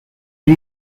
pre